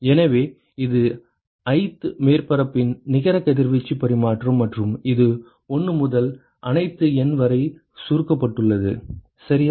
எனவே இது ith மேற்பரப்பின் நிகர கதிர்வீச்சு பரிமாற்றம் மற்றும் இது 1 முதல் அனைத்து N வரை சுருக்கப்பட்டுள்ளது சரியா